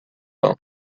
vin